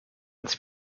als